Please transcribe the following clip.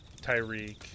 Tyreek